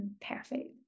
perfect